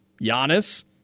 Giannis